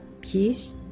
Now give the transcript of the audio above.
peace